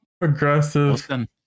Progressive